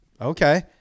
Okay